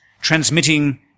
transmitting